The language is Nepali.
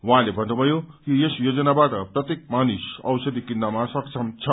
उहाँले भन्नुभयो कि यस योजनाबाट प्रत्येक मानिस औषधि किन्नमा सक्षम छ